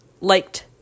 liked